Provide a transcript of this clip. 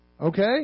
Okay